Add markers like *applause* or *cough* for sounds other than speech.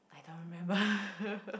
I don't remember *laughs*